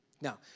Now